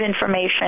information